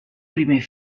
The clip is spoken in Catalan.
primer